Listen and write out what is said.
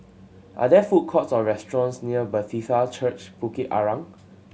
are there food courts or restaurants near Bethesda Church Bukit Arang